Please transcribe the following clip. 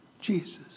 Jesus